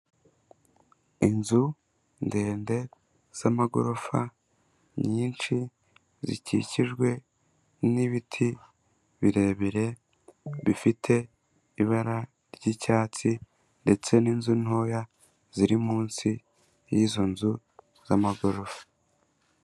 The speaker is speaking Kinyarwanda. Inzu ndende z'amagorofa nyinshi, zikikijwe n'ibiti birebire bifite ibara ry'icyatsi ndetse n'inzu ntoya ziri munsi y'izo nzu z'amagorofa.